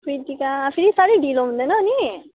प्रितिका फेरि साह्रै ढिलो हुँदैन अनि